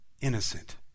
innocent